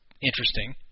interesting